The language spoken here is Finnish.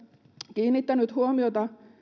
kiinnittänyt huomiota